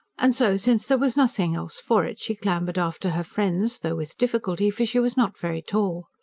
and so, since there was nothing else for it, she clambered after her friends though with difficulty for she was not very tall.